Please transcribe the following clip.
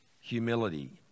humility